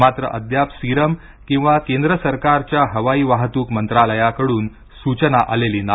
मात्र अद्याप सिरम किंवा केंद्र सरकारच्या हवाई वाहतूक मंत्रालयाकडून सूचना आलेली नाही